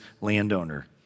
landowner